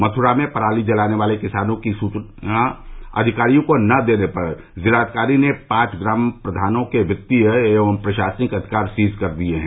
मथ्रा में पराती जलाने वाले किसानों की सूचना अधिकारियों को न देने पर जिलाधिकारी ने पांच ग्राम प्रधानों के वित्तीय एवं प्रशासनिक अविकार सीज कर दिए हैं